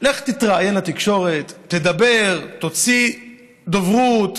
לך תתראיין לתקשורת, תדבר, תוציא דוברות.